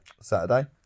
Saturday